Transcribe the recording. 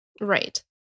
Right